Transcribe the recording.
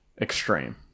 extreme